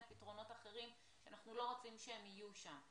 פתרונות אחרים שאנחנו לא רוצים שהם יהיו שם.